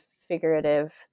figurative